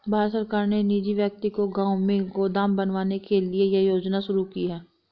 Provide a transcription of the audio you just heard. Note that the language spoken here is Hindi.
भारत सरकार ने निजी व्यक्ति को गांव में गोदाम बनवाने के लिए यह योजना शुरू की है